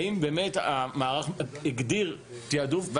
האם באמת המערך הגדיר תיעדוף?